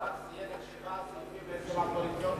הוא רק ציין שבעה סעיפים בהסכם הקואליציוני